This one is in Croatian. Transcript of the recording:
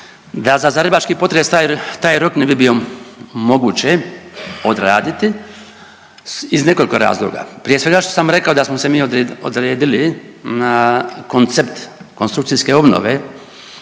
da za zagrebački potres taj rok ne bi bio moguće odraditi iz nekoliko razloga. Prije svega što sam rekao da smo se mi odredili na koncept konstrukcijske obnove